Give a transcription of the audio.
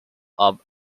off